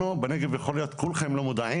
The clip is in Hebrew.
אנחנו בנגב, יכול להיות כולכם לא מודעים.